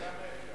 תודה.